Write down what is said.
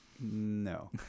no